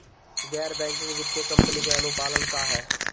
गैर बैंकिंग वित्तीय कंपनी के अनुपालन का ह?